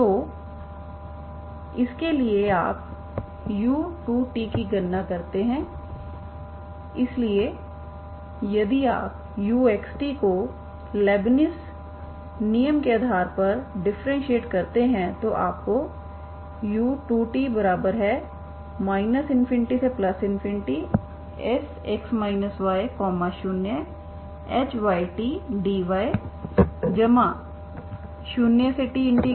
तो इसके लिए आप u2t की गणना करतेइसलिए यदि आप uxt को लाइबनिट्ज़ नियम के आधार पर डिफरेंसिएट करते हो तो आप को u2t ∞Sx y0hytdy0t∂t ∞Sx yt shysdyds मिलेगा